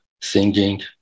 singing